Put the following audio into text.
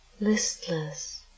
listless